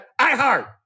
iHeart